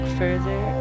further